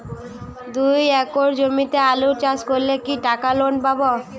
দুই একর জমিতে আলু চাষ করলে কি টাকা লোন পাবো?